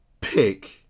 pick